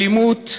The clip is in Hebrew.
אלימות ואיומים.